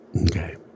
Okay